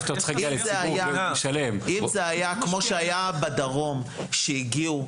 כמו שהיה בדרום שהגיעו,